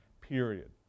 period